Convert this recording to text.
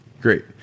Great